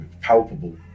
palpable